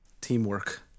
Teamwork